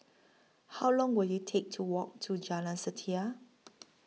How Long Will IT Take to Walk to Jalan Setia